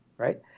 right